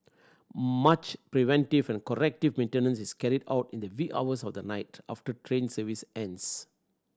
much preventive and corrective maintenance is carried out in the wee hours of the night after train service ends